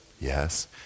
Yes